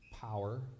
power